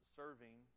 serving